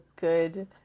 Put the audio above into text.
good